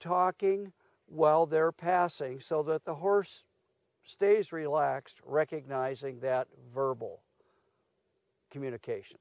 talking while they're passing so that the horse stays relaxed recognizing that verbal communication